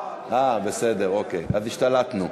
לא, אה, בסדר, אוקיי, אז השתלטנו.